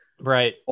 right